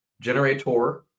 generator